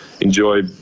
enjoy